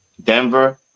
Denver